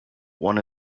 one